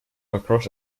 across